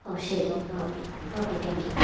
ഓ ശരി okay okay thank U